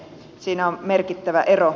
siinä on merkittävä ero